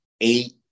eight